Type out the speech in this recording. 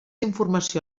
informació